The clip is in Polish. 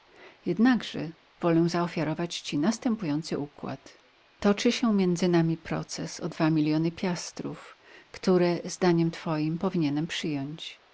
jednakże wolę zaofiarować ci następujący układ toczy się miedzy nami proces o dwa miliony plastrów które zdaniem twoim powinienem przyjąć